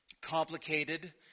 complicated